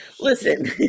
Listen